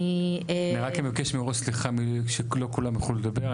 אני רק מבקש מראש סליחה, לא כולם יוכלו לדבר.